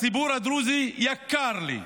הציבור הדרוזי יקר לי,